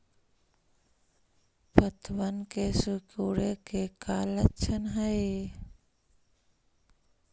पत्तबन के सिकुड़े के का लक्षण हई?